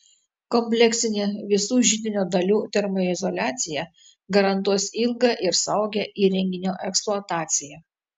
kompleksinė visų židinio dalių termoizoliacija garantuos ilgą ir saugią įrenginio eksploataciją